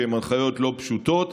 שאינן פשוטות.